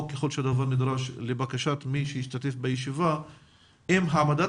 ככל שהדבר נדרש לבקשת מי שהשתתף בישיבה אם העמדת